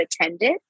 attended